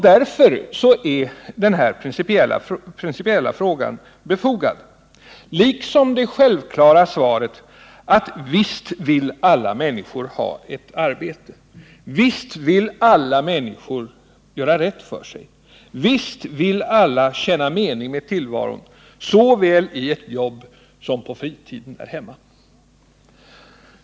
Därför är den här principiella frågan befogad, liksom det självklara svaret: Visst vill alla människor ha ett arbete, visst vill alla människor göra rätt för sig, visst vill alla känna en mening med tillvaron, såväl i ett jobb som på fritiden där hemma!